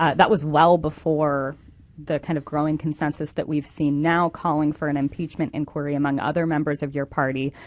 ah that was well before the kind of growing consensus that we've seen now calling for an impeachment inquiry among other members of your party.